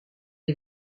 est